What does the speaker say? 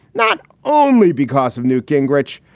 not only because of newt gingrich,